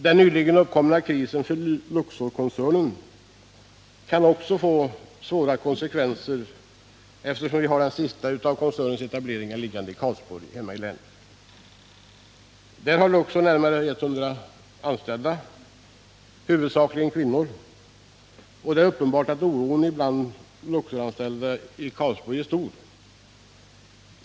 Den nyligen uppkomna krisen inom Luxorkoncernen kan också få svåra konsekvenser för vårt län — den senaste av koncernens etableringar ligger i Karlsborg. Där har Luxor närmare 100 anställda, huvudsakligen kvinnor. Det är uppenbart att oron bland de Luxoranställda i Karlsborg är stor.